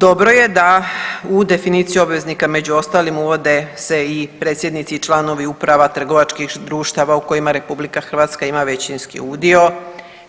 Dobro je da u definiciji obveznika među ostalim uvode se i predsjednici i članovi uprava trgovačkih društava u kojima RH ima većinski udio